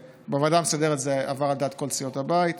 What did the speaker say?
בוועדה המסדרת זה עבר על דעת כל סיעות הבית,